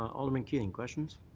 alderman keating. questions?